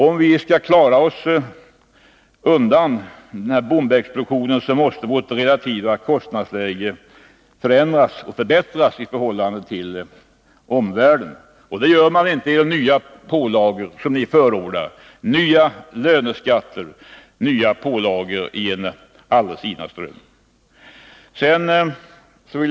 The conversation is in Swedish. Om vi skall klara oss ur denna bombexplosion måste vårt relativa kostnadsläge förbättras i förhållande till omvärlden, och det gör det inte genom de nya pålagor som ni förordar, nya löneskatter och annat i en aldrig sinande ström.